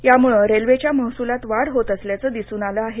याम्ळं रेल्वेच्या महस्लात वाढ होत असल्याचं दिसून आलं आहे